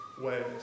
ways